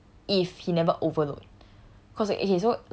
that's true if he never overload